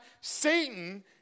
Satan